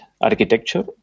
architecture